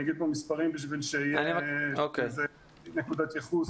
אני אגיד פה מספרים כדי שתהיה נקודת ייחוס.